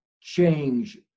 change